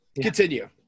Continue